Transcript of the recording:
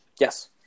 Yes